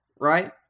Right